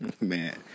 Man